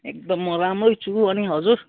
एकदम म राम्रै छु अनि हजुर